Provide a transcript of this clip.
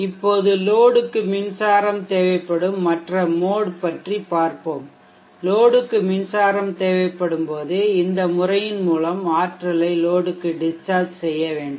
இப்போது லோடுக்கு மின்சாரம் தேவைப்படும் மற்ற மோட் பற்றிபயன்முறை பார்ப்போம் லோடுக்கு மின்சாரம் தேவைப்படும் போது இந்த முறையின் மூலம் ஆற்றலை லோடுக்கு டிஷ்சார்ஜ் செய்ய வேண்டும்